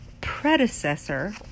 predecessor